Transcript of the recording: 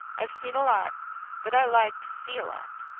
i've seen a lot but i like to see a lot.